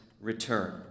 return